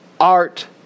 art